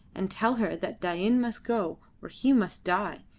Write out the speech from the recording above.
and tell her that dain must go, or he must die,